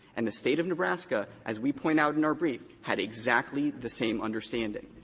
and the state of nebraska, as we point out in our brief, had exactly the same understanding.